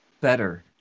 better